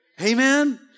Amen